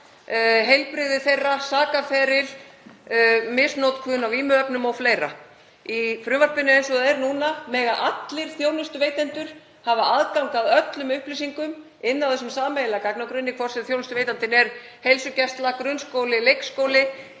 heilbrigði þeirra, sakaferil, misnotkun á vímuefnum o.fl. Í frumvarpinu eins og það er núna mega allir þjónustuveitendur hafa aðgang að öllum upplýsingum inni í þessum sameiginlega gagnagrunni, hvort sem þjónustuveitandinn er heilsugæsla, grunnskóli, leikskóli,